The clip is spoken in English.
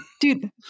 dude